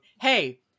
hey